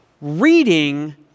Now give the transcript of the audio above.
reading